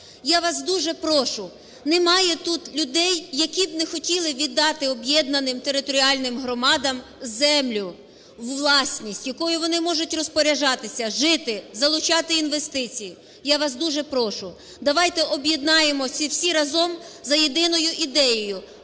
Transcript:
Я вас дуже прошу, немає тут людей, які не хотіли віддати об'єднаним територіальним громадам землю у власність, якою вони можуть розпоряджатися, жити, залучати інвестиції. Я вас дуже прошу давайте об'єднаємося і всі разом за єдиною ідеєю: